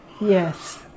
Yes